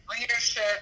leadership